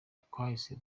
twahise